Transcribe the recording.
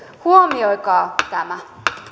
huomioikaa tämä